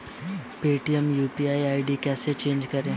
Paytm UPI ID कैसे change करें?